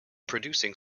producing